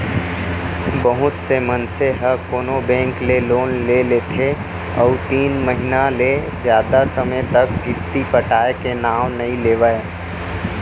बहुत से मनसे ह कोनो बेंक ले लोन ले लेथे अउ तीन महिना ले जादा समे तक किस्ती पटाय के नांव नइ लेवय